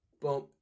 boom